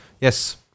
Yes